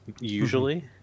usually